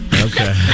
Okay